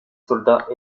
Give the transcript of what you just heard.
soldats